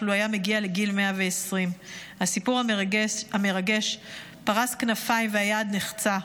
לו היה מגיע לגיל 120. הסיפור המרגש פרס כנפיים והיעד נחצה.